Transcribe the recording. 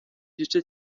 gice